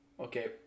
okay